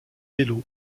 bello